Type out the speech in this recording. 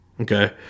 Okay